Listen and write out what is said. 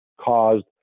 caused